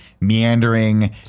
meandering